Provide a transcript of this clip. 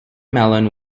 melon